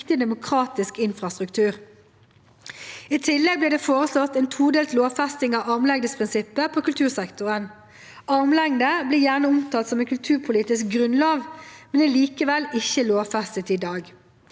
EØS-saker i 2023 493 I tillegg ble det foreslått en todelt lovfesting av armlengdeprinsippet på kultursektoren. Armlengde blir gjerne omtalt som en kulturpolitisk «grunnlov», men er likevel ikke lovfestet i dag.